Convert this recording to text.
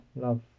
love